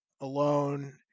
alone